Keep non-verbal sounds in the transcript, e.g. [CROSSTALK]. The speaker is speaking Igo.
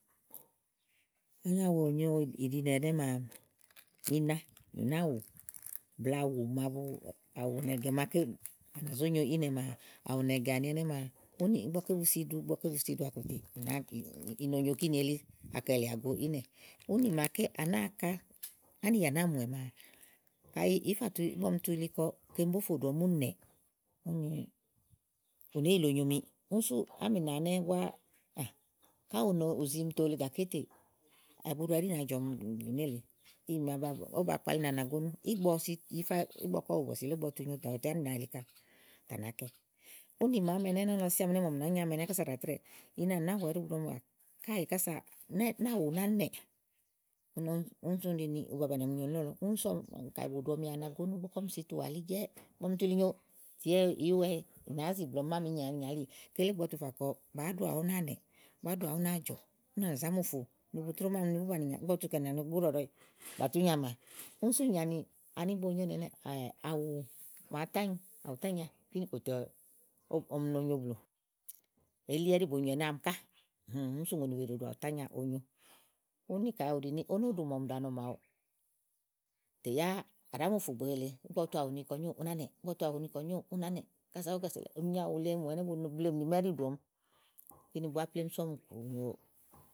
ani àwù ònyo nìɖinè ɛnɛ́ maa ina nì náàwù blàawù màwùàwù, màa á zó nyo inɛ̀ àwù nɛgɛ̀ áni ɛnɛ́ maa, úni ígbɔ ké bu si ɖu, ígbɔ ké bu si ɖu à kòtè, ina i no nyo kini elí a kɛ̀lɛ̀à goínɛ̀, ùni màaḱ́́èe à náa ka ániyà nàáa mùɛ maa kàyi ìí fà tu, ígbɔ ɔm tu yili kɔ, kem bófò ɖuɔm uni nɛ̀, ún sú ámìna nɛ́búá káyi ɔm ù zim tòo le gàke tè ɛ̀buɖò ɛɖí nàojɔ̀m blu nélèe kí màa ówó ba kpalí ní anagónú ígbɔ ɔ si yifa igbɔ kɔ wò bɔ̀sì wulétè à ná tú ánìna li ka ànàákɛ. Ani màámi ɛnɛ́ lɔ si àmi ɛnɛ́ màa ɔm nɛ̀ányi ami ɛnɛ́ kása ɖàa trɛ́ɛ̀ ina nì náàwù ɛɖi bu ɖuɔm kása nɛ̀ náàwu ná nɛ̀ úni sú ún ɖini ubabani ɔm nyo li nɔ́lɔ, ún sú ɔm kàyi bùɖuɔmanago ígbɔ ɔm si tuà li jɛ́, ígbɔ ɔm tu li nyo tèyá ìí wɛ, ì nàá zì blèe ni mám ìnya liì Kele igbɔ ɔ tu fà kɔ, bàá ɖuà ú nà nɛ̀, bàá ɖuà úná jɔ̀, ún à nàzá mùfù ni bu tró mám, ni bu bàni ìnya ìgbɔ ɔ tu kɛ̀ nìà ni ɖɔ̀ɖɔ̀éyi bàtú nyàmà únsú uni nyi ani ígbɔ ówó nyo ínɛ nɛ́ɛ̀ [HESITATION] àwù màa tányi àwù tányi a kini kòté ɔm ɔm nonyo blù. Eli ɛɖi bòonyo ɛnɛ́ àámi ká sú ŋòoniwɛ ɖòo ɖu àwù tanyia onyo. Úni kà ó ɖini ó nó ɖu màa ɔm ɖa nɔ màawu tèya à ɖá mùfù ígbèwèe lèe igbɔ tu áwù ni kɔ nyóò u ná nɛ ígbɔ ɔ tu àwù ni ké nyóò ù ná nɛ̀ɛ́ kása ɔm zo nyo àwù le mù ɛnɛ́ɛ̀. Bu bleèmì mù ni mɛ̀ɛ́ ɖublee ɔm kini búa ke nu sú nú Ɔm bionyo.